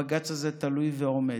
הבג"ץ הזה תלוי ועומד.